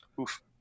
oof